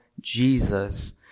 Jesus